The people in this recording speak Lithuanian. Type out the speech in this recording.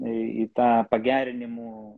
į tą pagerinimų